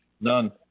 None